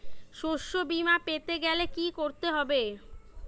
শষ্যবীমা পেতে গেলে কি করতে হবে?